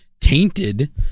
tainted